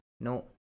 No